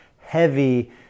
heavy